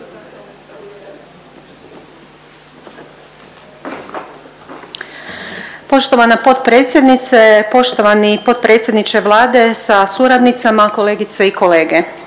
Poštovana potpredsjednice, poštovani potpredsjedniče Vlade sa suradnicama, kolegice i kolege,